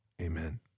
amen